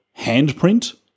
handprint